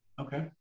Okay